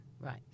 right